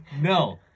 no